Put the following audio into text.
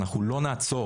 אנחנו לא נעצור.